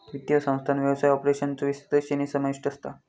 वित्तीय संस्थांत व्यवसाय ऑपरेशन्सचो विस्तृत श्रेणी समाविष्ट असता